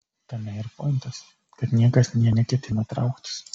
tame ir pointas kad niekas nė neketina trauktis